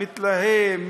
מתלהם,